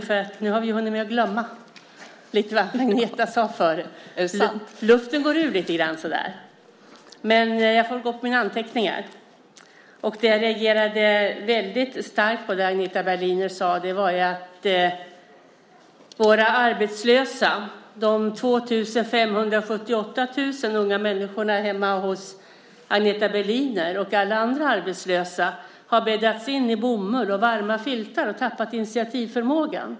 Fru talman! Det som jag reagerade väldigt starkt på var det som Agneta Berliner sade om att våra arbetslösa, de 2 578 unga människorna hemma hos Agneta Berliner och alla andra arbetslösa, har bäddats in i bomull och varma filtar och tappat initiativförmågan.